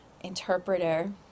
interpreter